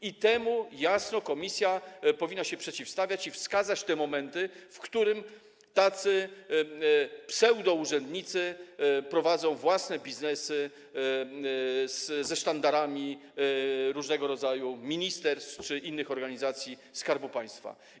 I temu komisja powinna się jasno przeciwstawiać i wskazać te momenty, w których tacy pseudourzędnicy prowadzą własne biznesy pod sztandarami różnego rodzaju ministerstw czy organizacji Skarbu Państwa.